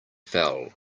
fell